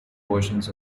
versions